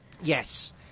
Yes